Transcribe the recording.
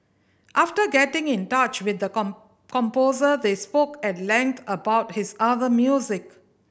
after getting in touch with the composer they spoke at length about his other music